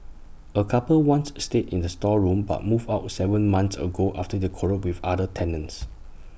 A couple once stayed in the storeroom but moved out Seven months ago after they quarrelled with other tenants